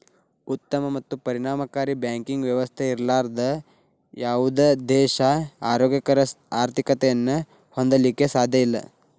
ಉತ್ತಮ ಮತ್ತು ಪರಿಣಾಮಕಾರಿ ಬ್ಯಾಂಕಿಂಗ್ ವ್ಯವಸ್ಥೆ ಇರ್ಲಾರ್ದ ಯಾವುದ ದೇಶಾ ಆರೋಗ್ಯಕರ ಆರ್ಥಿಕತೆಯನ್ನ ಹೊಂದಲಿಕ್ಕೆ ಸಾಧ್ಯಇಲ್ಲಾ